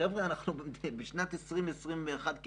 חבר'ה, אנחנו בשנת 2021 כמעט,